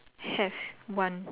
have one